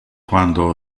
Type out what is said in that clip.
quando